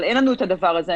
אבל אין לנו את הדבר הזה.